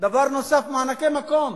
ודבר נוסף הוא מענקי מקום.